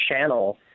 channel